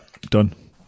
done